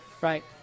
Right